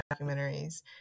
documentaries